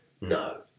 No